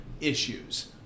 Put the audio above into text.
issues